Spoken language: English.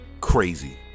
Crazy